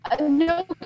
No